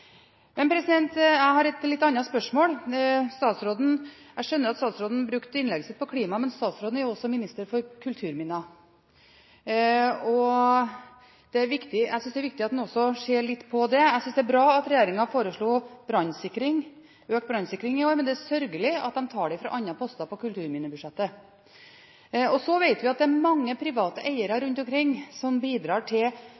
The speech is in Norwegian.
Men jeg har et litt annet spørsmål. Jeg skjønner at statsråden brukte innlegget på klima, men statsråden er jo også minister for kulturminner, og jeg synes det er viktig at en også ser litt på det. Jeg synes det er bra at regjeringen foreslår økt brannsikring i år, men det er sørgelig at de tar det fra andre poster på kulturminnebudsjettet. Vi vet at det er mange private eiere rundt omkring som bidrar til